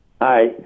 hi